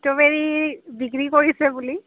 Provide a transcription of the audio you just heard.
strawberry বিক্ৰী কৰিছে বুলি